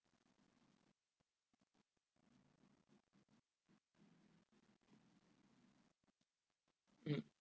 mm